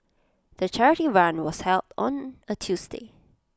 the charity run was held on A Tuesday